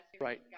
Right